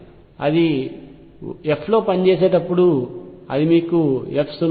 కాబట్టి అది f లో పనిచేసేటప్పుడు అది మీకు 0